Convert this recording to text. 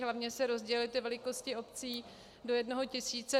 Hlavně se rozdělují ty velikosti obcí do jednoho tisíce.